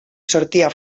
sortia